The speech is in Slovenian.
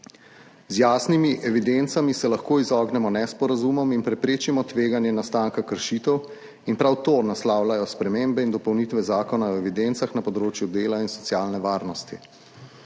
Z jasnimi evidencami se lahko izognemo nesporazumom in preprečimo tveganje nastanka kršitev in prav to naslavljajo spremembe in dopolnitve Zakona o evidencah na področju dela in socialne varnosti.